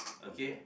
okay